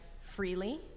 freely